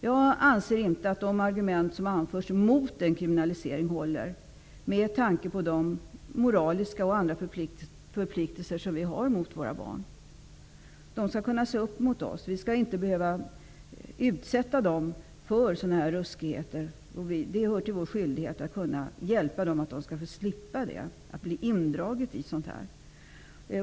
Jag anser inte att de argument som anförs mot en kriminalisering håller, med tanke på de moraliska och andra förpliktelser som vi har mot våra barn. De skall kunna se upp till oss. Vi skall inte utsätta dem för sådana här ruskigheter. Det hör till vår skyldighet att hjälpa dem att slippa bli indragna i sådant här.